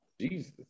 Jesus